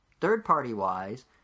Third-party-wise